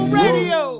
radio